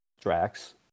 Drax